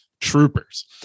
Troopers